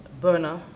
Burner